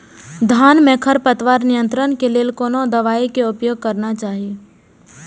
धान में खरपतवार नियंत्रण के लेल कोनो दवाई के उपयोग करना चाही?